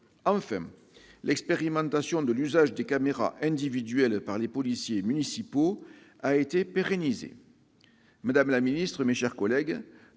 Enfin, l'expérimentation de l'usage des caméras individuelles par les policiers municipaux a été pérennisée.